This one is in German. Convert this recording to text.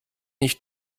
nicht